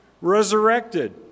resurrected